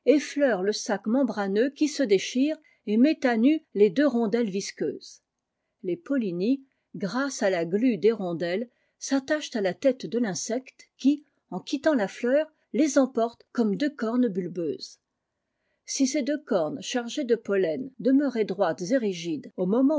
le sac membraneux qui se déchire et met à nu les deux rondelles visqueuses les polliniesj grâce à la glu des rondelles s auachent à la tête de tinsecte qui en quittant la fleur les emporte comme deux cornes balbeuses si ces deux cornes chargées de pollen demeuraient droites et rigides au moment